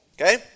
okay